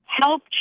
help